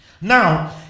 Now